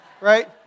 Right